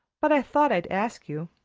but i thought i'd ask you.